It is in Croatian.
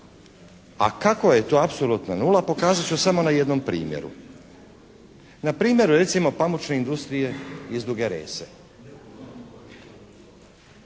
a kakva je to apsolutna nula pokazat ću samo na jednom primjeru. Na primjeru recimo pamučne industrije iz Duge Rese.